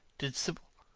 did sibyl?